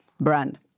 brand